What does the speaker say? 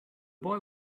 boy